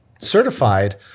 certified